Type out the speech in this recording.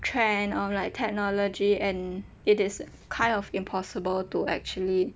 trend or like technology and it is kind of impossible to actually